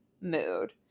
mood